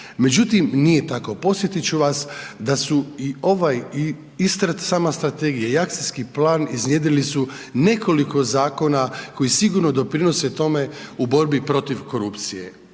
Međutim, nije tako posjetit ću vas da su i ovaj i sama strategija i akcijski plan iznjedrili su nekoliko zakona koji sigurno doprinose tome u borbi protiv korupcije.